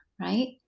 right